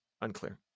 unclear